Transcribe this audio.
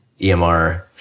EMR